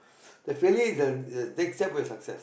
the failure is uh the next step to success